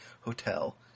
Hotel